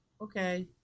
okay